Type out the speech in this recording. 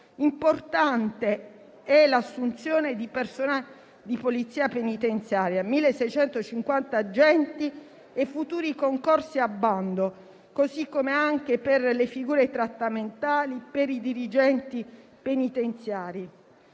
Importante è l'assunzione di personale di Polizia penitenziaria (1.650 agenti e futuri concorsi a bando), così come anche per le figure trattamentali e per i dirigenti penitenziari.